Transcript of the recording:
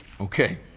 Okay